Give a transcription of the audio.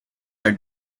are